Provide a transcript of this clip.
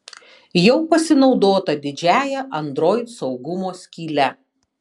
jau pasinaudota didžiąja android saugumo skyle